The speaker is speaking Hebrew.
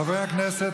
חברי הכנסת,